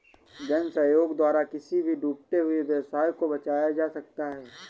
जन सहयोग द्वारा किसी भी डूबते हुए व्यवसाय को बचाया जा सकता है